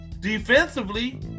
Defensively